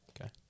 Okay